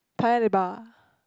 Paya-Lebar